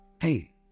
Hey